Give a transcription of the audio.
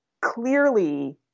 clearly